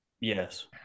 Yes